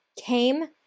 came